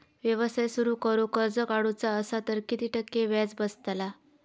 व्यवसाय सुरु करूक कर्ज काढूचा असा तर किती टक्के व्याज बसतला?